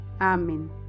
Amen